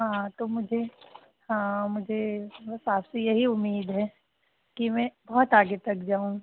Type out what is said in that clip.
हाँ तो मुझे हाँ मुझे बस आपसे यही उम्मीद है कि मैं बहुत आगे तक जाऊँ